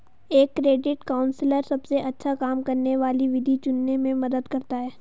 एक credit counsellor सबसे अच्छा काम करने वाली विधि चुनने में मदद करता है